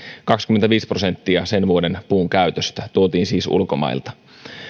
kaksikymmentäviisi prosenttia sen vuoden puunkäytöstä tuotiin siis ulkomailta